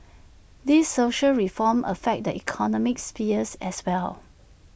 these social reforms affect the economic spheres as well